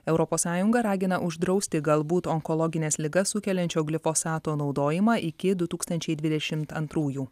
europos sąjunga ragina uždrausti galbūt onkologines ligas sukeliančio glifosato naudojimą iki du tūkstančiai dvidešimt antrųjų